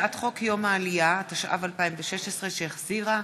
הצעת חוק יום העלייה, התשע"ו 2016, שהחזירה